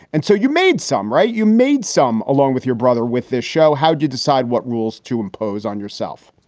and so you made some write. you made some along with your brother with this show. how do you decide what rules to impose on yourself?